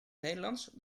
nederlands